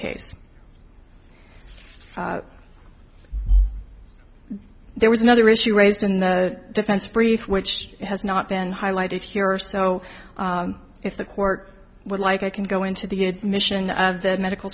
case there was another issue raised in the defense brief which has not been highlighted here are so if the court would like i can go into the admission of the medical